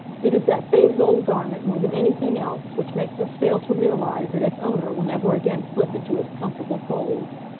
it is that faded old garment, more than anything else, which makes us fail to realize that its owner will never again slip into its comfortable folds.